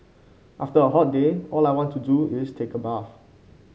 after a hot day all I want to do is take a bath